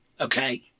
Okay